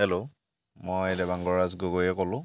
hello মই দেবাংগৰাজ গগৈয়ে ক'লোঁ